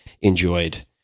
enjoyed